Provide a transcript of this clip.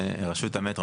רשות המטרו,